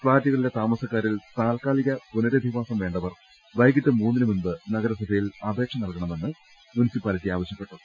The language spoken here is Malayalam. ഫ്ളാറ്റുകളിലെ താമസക്കാരിൽ താൽക്കാലിക പുനരധിവാസം വേണ്ടവർ വൈകീട്ട് മൂന്നിന് മുമ്പ് നഗരസ്ഭയിൽ അപേക്ഷ നൽക ണമെന്ന് മരട് മുനിസിപ്പാലിറ്റി ആവശ്യപ്പെട്ടു